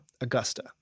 Augusta